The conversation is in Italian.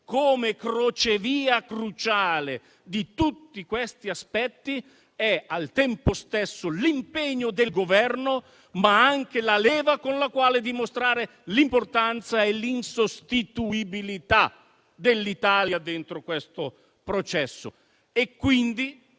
come importante crocevia di tutti questi aspetti, è al tempo stesso l'impegno del Governo, ma anche la leva con la quale dimostrare l'importanza e l'insostituibilità dell'Italia dentro questo processo.